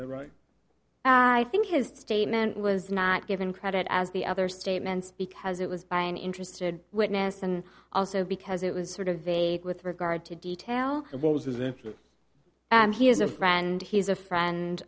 right i think his statement was not given credit as the other statements because it was by an interested witness and also because it was sort of vague with regard to detail and he is a friend he's a friend